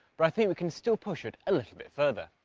but i think we can still push it a little bit further.